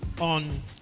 on